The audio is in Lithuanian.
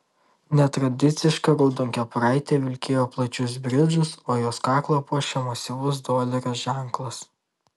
netradiciška raudonkepuraitė vilkėjo plačius bridžus o jos kaklą puošė masyvus dolerio ženklas